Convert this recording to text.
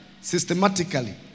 systematically